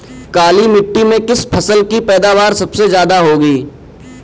काली मिट्टी में किस फसल की पैदावार सबसे ज्यादा होगी?